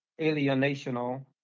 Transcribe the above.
alienational